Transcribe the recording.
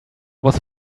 was